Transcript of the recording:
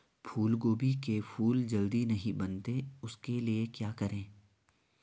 फूलगोभी के फूल जल्दी नहीं बनते उसके लिए क्या करें?